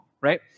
right